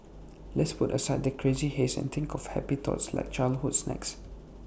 let's put aside the crazy haze and think of happy thoughts like childhood snacks